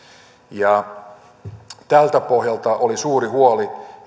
tältä pohjalta oli suuri huoli